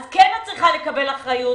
אז את כן צריכה לקבל אחריות,